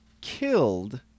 killed